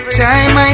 time